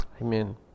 Amen